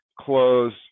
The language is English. close